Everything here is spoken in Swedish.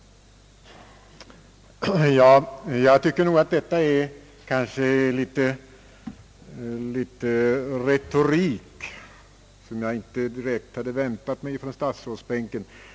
Jag tycker nog att detta är ett slags retorik som jag inte hade väntat mig från statsrådsbänken.